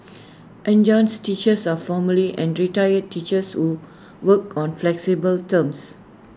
adjunct teachers are formerly and retired teachers who work on flexible terms